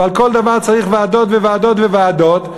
ועל כל דבר צריך ועדות וועדות וועדות.